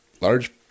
large